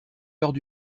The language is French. heures